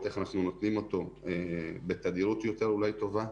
איך אנחנו נותנים אותו בתדירות יותר טובה,